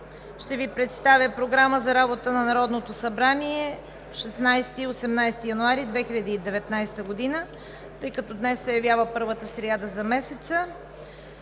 ще Ви представя Програмата за работа на Народното събрание за 16 – 18 януари 2019 г. Тъй като днес се явява първата сряда за месеца,